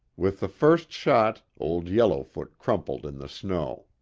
with the first shot old yellowfoot crumpled in the snow.